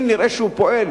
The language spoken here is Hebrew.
אם נראה שהוא פועל,